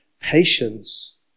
patience